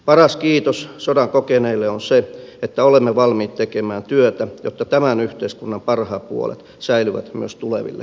paras kiitos sodan kokeneille on se että olemme valmiit tekemään työtä jotta tämän yhteiskunnan parhaat puolet säilyvät myös tuleville sukupolville